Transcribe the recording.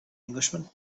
englishman